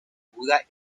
buda